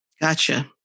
Gotcha